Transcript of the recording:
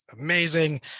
amazing